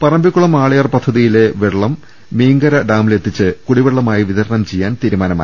പറമ്പിക്കുളം ആളിയാർ പദ്ധതിയിലെ വെള്ളം മീങ്കര ഡാമിലെത്തിച്ച് കുടിവെള്ളമായി വിതരണം ചെയ്യാൻ തീരുമാനമായി